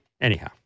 Anyhow